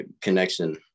connection